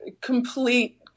complete